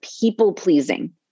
people-pleasing